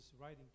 writing